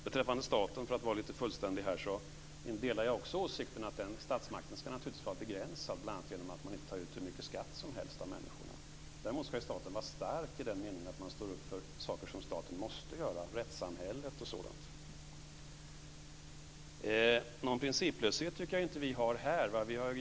Beträffande staten, för att vara lite fullständig här, delar jag också åsikten att statsmakten naturligtvis ska vara begränsad, bl.a. genom att man inte tar ut hur mycket skatt som helst av människorna. Däremot ska staten vara stark i den meningen att man står upp för saker som staten måste göra. Det gäller rättssamhället och sådant. Någon principlöshet tycker jag inte att vi har här.